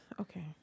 okay